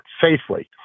safely